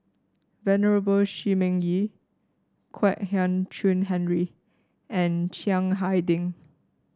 Venerable Shi Ming Yi Kwek Hian Chuan Henry and Chiang Hai Ding